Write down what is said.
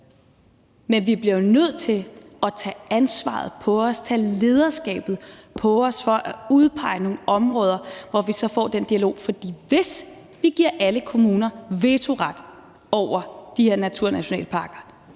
Men vi bliver jo nødt til at tage ansvaret på os, at tage lederskabet på os for at udpege nogle områder, hvor vi så får den dialog. For hvis vi giver alle kommuner vetoret mod de her naturnationalparker,